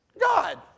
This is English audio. God